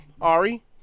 Ari